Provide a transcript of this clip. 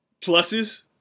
pluses